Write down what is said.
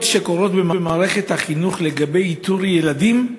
שקורות במערכת החינוך לגבי איתור ילדים.